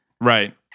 Right